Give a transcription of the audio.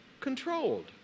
controlled